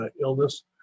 illness